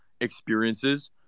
experiences